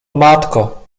matko